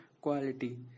quality